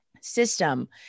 system